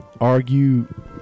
argue